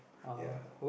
ya